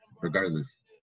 regardless